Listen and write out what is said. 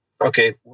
Okay